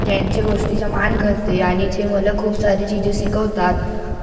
त्यांचे गोष्टीचा मान करते आणि ते मला खूप सारी चीजे शिकवतात